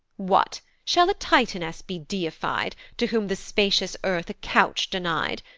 what, shall a titaness be deify'd, to whom the spacious earth a couch deny'd!